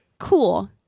cool